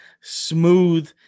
smooth